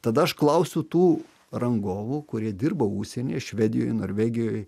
tada aš klausiu tų rangovų kurie dirba užsienyje švedijoj norvegijoj